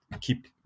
keep